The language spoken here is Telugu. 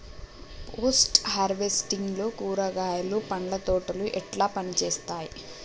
పోస్ట్ హార్వెస్టింగ్ లో కూరగాయలు పండ్ల తోటలు ఎట్లా పనిచేత్తనయ్?